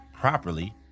properly